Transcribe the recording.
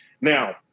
Now